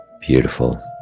beautiful